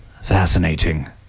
fascinating